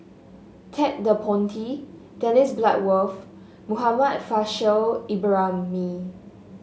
Ted De Ponti Dennis Bloodworth Muhammad Faishal Ibrahim